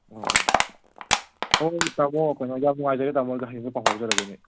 ꯑꯣ ꯍꯣꯏ ꯇꯥꯃꯣ ꯀꯩꯅꯣ ꯌꯥꯝ ꯅꯨꯡꯉꯥꯏꯖꯔꯦ ꯇꯥꯃꯣ ꯑꯗꯨꯗꯤ ꯍꯌꯦꯡꯗꯣ ꯄꯥꯎ ꯐꯥꯎꯖꯔꯛꯑꯒꯦꯅꯦ ꯑꯩ